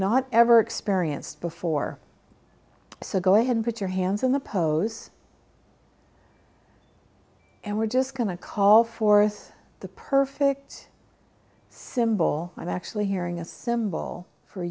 not ever experienced before so go ahead put your hands on the pose and we're just going to call forth the perfect symbol i'm actually hearing a symbol for